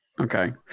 Okay